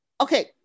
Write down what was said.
okay